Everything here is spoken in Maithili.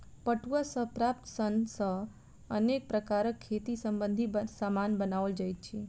पटुआ सॅ प्राप्त सन सॅ अनेक प्रकारक खेती संबंधी सामान बनओल जाइत अछि